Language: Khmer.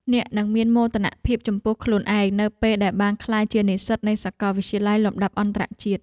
អ្នកនឹងមានមោទនភាពចំពោះខ្លួនឯងនៅពេលដែលបានក្លាយជានិស្សិតនៃសាកលវិទ្យាល័យលំដាប់អន្តរជាតិ។